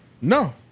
No